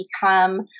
become